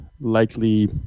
likely